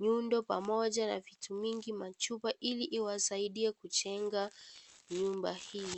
nyund pamoja na vitu mingi machupa ili iwasaidie kujenga nyumba hii.